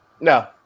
No